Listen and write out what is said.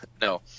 No